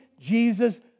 Jesus